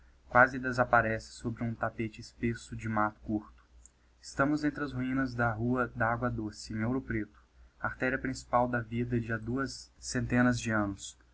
quasi desapparece sob um tapete espesso de matto curto estamos entre as ruinas da rua da agua doce em ouro preto artéria principal da vida de ha duas digiti zedby google centenas de annos